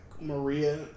Maria